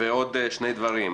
ועוד שני דברים.